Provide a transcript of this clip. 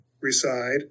reside